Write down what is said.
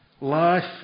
Life